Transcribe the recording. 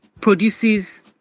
produces